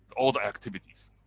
all the activities,